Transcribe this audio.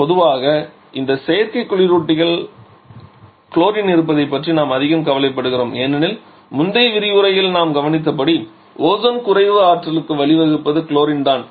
பொதுவாக இந்த செயற்கை குளிரூட்டிகளில் குளோரின் இருப்பதைப் பற்றி நாம் அதிகம் கவலைப்படுகிறோம் ஏனெனில் முந்தைய விரிவுரையில் நாம் கவனித்தபடி ஓசோன் குறைவு ஆற்றலுக்கு வழிவகுப்பது குளோரின் தான்